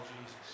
Jesus